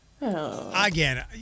again